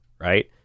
Right